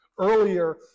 Earlier